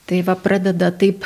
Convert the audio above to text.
tai va pradeda taip